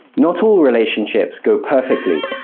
not all relationships go perfectly.